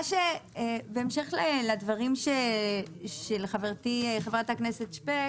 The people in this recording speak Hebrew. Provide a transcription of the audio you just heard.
בהמשך לדברים של חברתי חברת הכנסת שפק